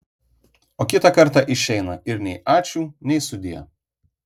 o kitą kartą išeina ir nei ačiū nei sudie